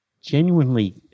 genuinely